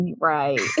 right